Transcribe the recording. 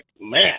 man